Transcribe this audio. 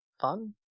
fun